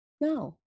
No